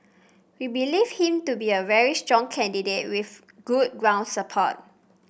we believe him to be a very strong candidate with good ground support